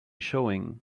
showing